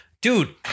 dude